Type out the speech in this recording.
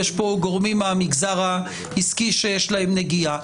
ויש פה גורמים מהמגזר העסקי שיש להם נגיעה,